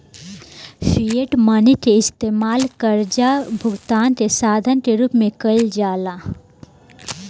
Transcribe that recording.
fiat money के इस्तमाल कर्जा भुगतान के साधन के रूप में कईल जाला